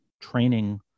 training